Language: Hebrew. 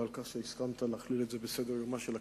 ועל כך שהסכמת להכליל את הנושא הזה בסדר-יומה של הכנסת.